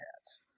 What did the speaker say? hats